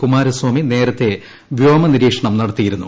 കുമാരസ്വാമി നേരത്തെ വ്യോമ നിരീക്ഷണം നടത്തിയിരുന്നു